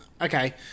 Okay